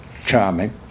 charming